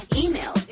email